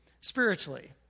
spiritually